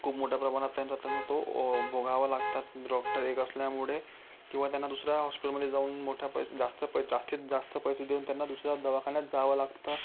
खूप मोठ्या प्रमाणात त्यांचा त्यांना तो भोगावा लागतात डॉक्टर एक असल्यामुळे किंवा त्यांना दुसऱ्या हॉस्पिटलमध्ये जाऊन मोठ्या पैस जास्त पै जास्तीत जास्त पैसे देऊन त्यांना दुसऱ्या दवाखान्यात जावं लागतं